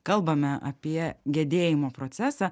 kalbame apie gedėjimo procesą